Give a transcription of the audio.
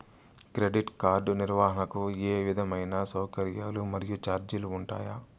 Credit card నిర్వహణకు ఏ విధమైన సౌకర్యాలు మరియు చార్జీలు ఉంటాయా?